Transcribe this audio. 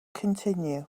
continue